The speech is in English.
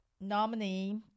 nominee